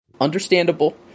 understandable